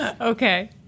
Okay